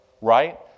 Right